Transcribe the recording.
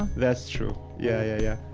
that's true. yeah,